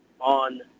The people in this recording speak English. on